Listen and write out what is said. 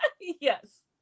Yes